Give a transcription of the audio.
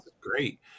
great